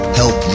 help